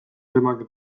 temaga